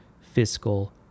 fiscal